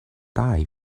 die